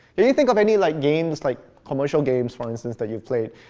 can you think of any like games, like commercial games for instance that you've played,